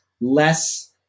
less